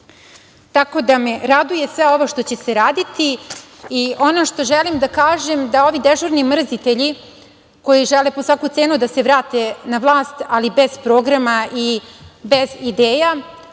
tako da me raduje sve ovo što će se raditi. Ono što želim da kažem, to je da ovi dežurni mrzitelji koji žele po svaku cenu da se vrate na vlast ali bez programa i bez ideja